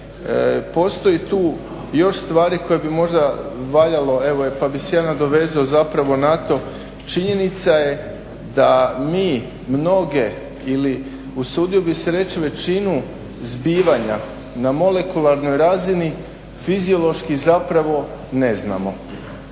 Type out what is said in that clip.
postoji tu još stvari koje bi možda valjalo evo pa bih se ja nadovezao zapravo na to. Činjenica je da mi mnoge ili usudio bih se reći većinu zbivanja na molekularnoj razini fiziološki zapravo ne znamo.